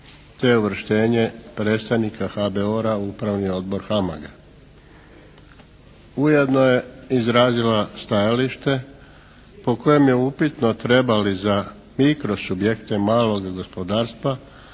te uvrštenje predstavnika HBOR-a u Upravni odbor HAMAG-a. Ujedno je izrazila stajalište po kojem je upitno treba li za mikro subjekte malog gospodarstva